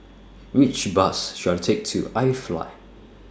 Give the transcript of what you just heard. Which Bus should I Take to IFly